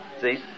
See